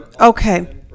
okay